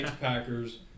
Packers